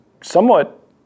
somewhat